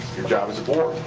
your job as a board.